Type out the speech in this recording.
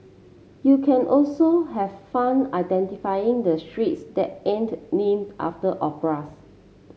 you can also have fun identifying the streets that aren't named after operas